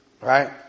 Right